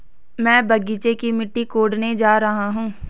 मैं बगीचे की मिट्टी कोडने जा रहा हूं